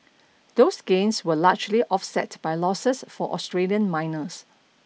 those gains were largely offset by losses for Australian miners